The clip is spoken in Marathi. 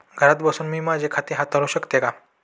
घरात बसून मी माझे खाते हाताळू शकते का?